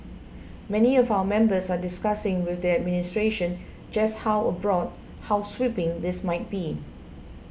many of our members are discussing with the administration just how broad how sweeping this might be